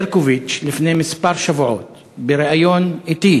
ברקוביץ, לפני כמה שבועות, בריאיון אתי